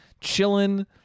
chilling